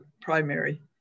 primary